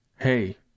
Hey